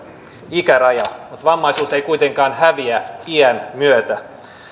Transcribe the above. ikäraja mutta vammaisuus ei kuitenkaan häviä iän myötä